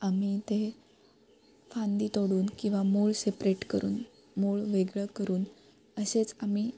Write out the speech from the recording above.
आम्ही ते फांदी तोडून किंवा मूळ सेपरेट करून मूळ वेगळं करून असेच आम्ही